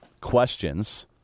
questions